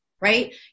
right